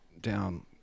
down